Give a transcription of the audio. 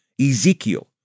Ezekiel